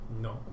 No